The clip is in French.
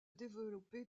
développer